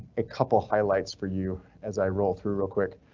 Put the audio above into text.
a couple highlights for you as i roll through real quick